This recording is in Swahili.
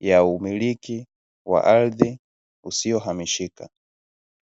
ya umiliki wa ardhi usio hamishika.